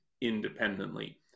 independently